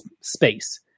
space